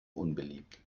unbeliebt